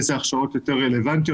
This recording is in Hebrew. איזה הכשרות יותר רלוונטיות,